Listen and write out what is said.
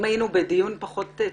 אם היינו בדיון פחות צפוף,